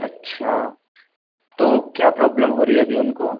अच्छा तो क्या प्रॉब्लम हो रही है अभी उनको